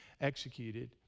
executed